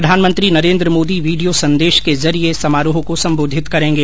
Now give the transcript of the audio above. प्रधानमंत्री नरेन्द्र मोदी वीडियो संदेश के जरिए समारोह को सम्बोधित करेंगे